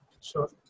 Sure